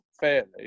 fairly